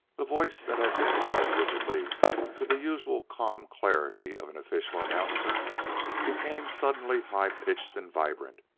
the voice that had been held rigidly to the usual calm clarity of an official announcer became suddenly high-pitched and vibrant.